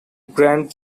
grand